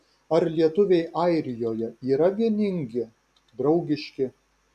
ar lietuviai airijoje yra vieningi draugiški